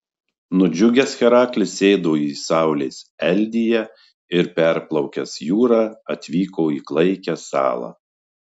nudžiugęs heraklis sėdo į saulės eldiją ir perplaukęs jūrą atvyko į klaikią salą